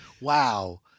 wow